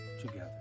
Together